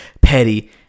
petty